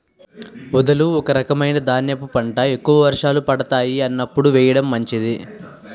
ఊదలు ఒక రకమైన ధాన్యపు పంట, ఎక్కువ వర్షాలు పడతాయి అన్నప్పుడు వేయడం మంచిది